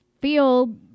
feel